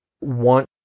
want